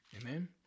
Amen